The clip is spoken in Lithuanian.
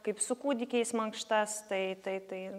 kaip su kūdikiais mankštas tai tai tai